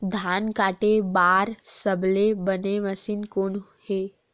धान काटे बार सबले बने मशीन कोन हे?